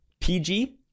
PG